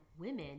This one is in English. Women